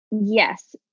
yes